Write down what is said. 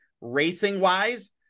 racing-wise